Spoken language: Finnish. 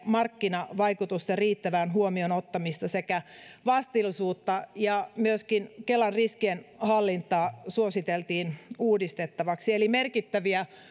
markkinavaikutusten riittävää huomioonottamista sekä vastuullisuutta ja myöskin kelan riskienhallintaa suositeltiin uudistettavaksi eli merkittäviä